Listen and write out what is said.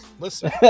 Listen